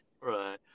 Right